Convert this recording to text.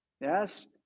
Yes